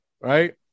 Right